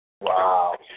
Wow